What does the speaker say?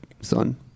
son